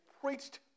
preached